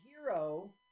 hero